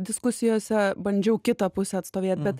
diskusijose bandžiau kitą pusę atstovėt bet